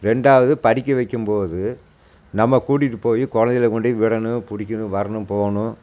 ரெண்டாவது படிக்க வைக்கும் போது நம்ம கூட்டிகிட்டு போய் குழந்தைகள கொண்டு போய் விடணும் பிடிக்கணும் வரணும் போகணும்